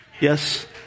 Yes